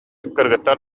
кыргыттар